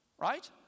Right